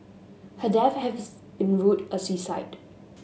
her death been ruled a suicide